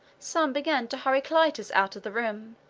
some began to hurry clitus out of the room,